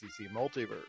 Multiverse